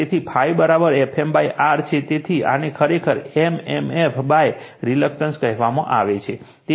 તેથી ∅ Fm R છે તેથી આને ખરેખર mmf રિલક્ટન્સ કહેવામાં આવે છે